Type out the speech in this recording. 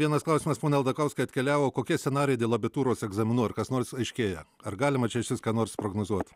vienas klausimas pone aldakauskai atkeliavo kokie scenarijai dėl abitūros egzaminų ar kas nors aiškėja ar galima čia išvis ką nors prognozuot